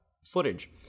footage